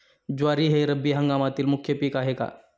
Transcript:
ज्वारी हे रब्बी हंगामातील मुख्य पीक आहे का?